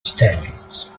standards